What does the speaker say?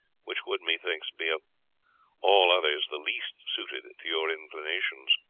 which would, methinks, be of all others the least suited to your inclinations.